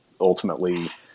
ultimately